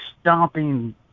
stomping